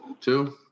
two